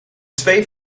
twee